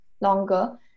longer